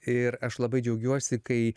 ir aš labai džiaugiuosi kai